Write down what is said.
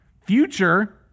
future